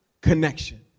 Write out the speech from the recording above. connection